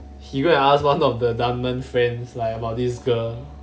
he go and ask one of the dunman friends like about this girl